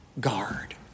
guard